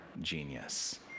genius